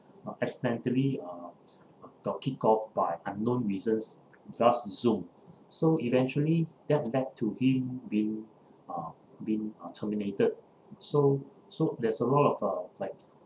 uh accidentally uh got kick off by unknown reasons just Zoom so eventually get back to him being uh being uh terminated so so there's a lot of uh like